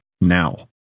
now